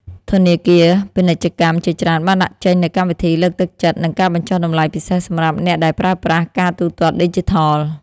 ធនាគារពាណិជ្ជជាច្រើនបានដាក់ចេញនូវកម្មវិធីលើកទឹកចិត្តនិងការបញ្ចុះតម្លៃពិសេសសម្រាប់អ្នកដែលប្រើប្រាស់ការទូទាត់ឌីជីថល។